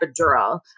epidural